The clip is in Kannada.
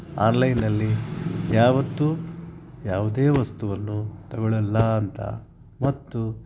ಆನ್ಲೈನಲ್ಲಿ ಯಾವತ್ತೂ ಯಾವುದೇ ವಸ್ತುವನ್ನು ತಗೊಳಲ್ಲ ಅಂತ ಮತ್ತು